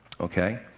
okay